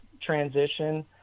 transition